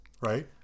right